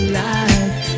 life